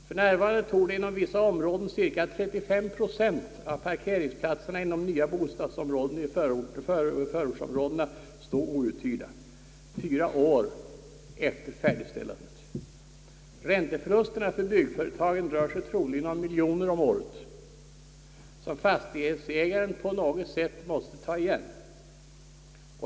För närvarande torde inom vissa områden cirka 35 procent av parkeringsplatserna inom nya bostadsområden stå outhyrda fyra år efter färdigställandet. = Ränteförlusterna = för byggföretagen rör sig troligen om flera miljoner årligen, som fastighetsägaren på något sätt måste ta igen.